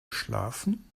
schlafen